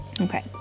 Okay